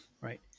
right